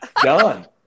Done